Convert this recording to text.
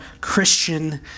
Christian